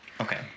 Okay